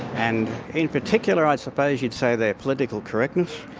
and in particular i suppose you'd say their political correctness.